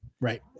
Right